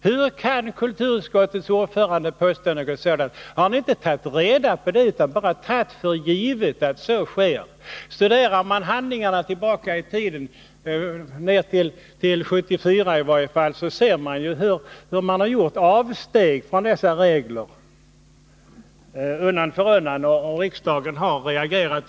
Hur kan kulturutskottets ordförande påstå något sådant? Harni inte tagit reda på hur det förhåller sig utan bara utgått från att reglerna följs? Studerar man handlingarna tillbaka i varje fall till 1974, kan man se hur avsteg undan för undan gjorts från dessa regler, utan att riksdagen har reagerat.